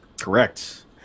Correct